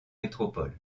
métropole